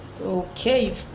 Okay